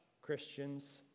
Christians